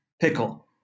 pickle